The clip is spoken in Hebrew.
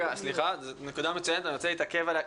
זאת נקודה מצוינת שאני רוצה להתעכב עליה.